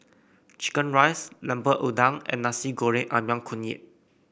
chicken rice Lemper Udang and Nasi Goreng ayam kunyit